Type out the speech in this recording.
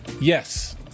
Yes